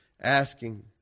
asking